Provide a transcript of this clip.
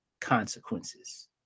Consequences